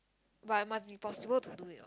but must be possible to do it